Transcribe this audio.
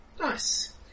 Nice